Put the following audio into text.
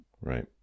right